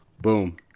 Boom